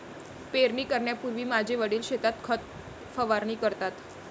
पेरणी करण्यापूर्वी माझे वडील शेतात खत फवारणी करतात